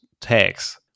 Tags